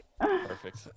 perfect